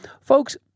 Folks